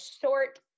short